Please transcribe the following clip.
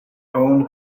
owned